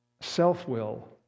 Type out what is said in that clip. self-will